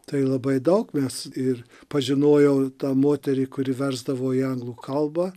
tai labai daug mes ir pažinojau tą moterį kuri versdavo į anglų kalbą